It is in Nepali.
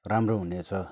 राम्रो हुनेछ